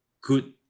good